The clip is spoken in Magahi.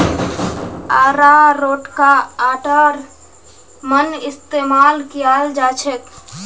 अरारोटका आटार मन इस्तमाल कियाल जाछेक